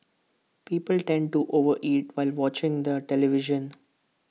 people tend to over eat while watching the television